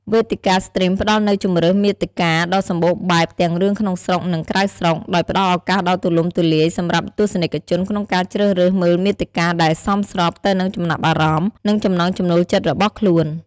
វេទិកាស្ទ្រីមផ្ដល់នូវជម្រើសមាតិកាដ៏សម្បូរបែប ទាំងរឿងក្នុងស្រុក និងក្រៅស្រុក ដោយផ្តល់ឱកាសដ៏ទូលំទូលាយសម្រាប់ទស្សនិកជនក្នុងការជ្រើសរើសមើលមាតិកាដែលសមស្របទៅនឹងចំណាប់អារម្មណ៍ និងចំណង់ចំណូលចិត្តរបស់ខ្លួន។